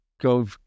go